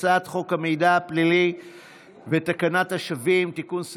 הצעת חוק המידע הפלילי ותקנת השבים (תיקון,